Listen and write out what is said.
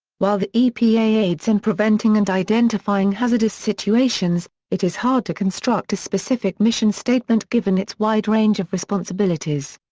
while the epa aids in preventing and identifying hazardous situations, it is hard to construct a specific mission statement given its wide range of responsibilities.